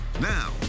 Now